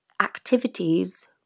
activities